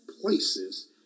places